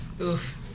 oof